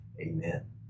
amen